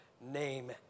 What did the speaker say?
name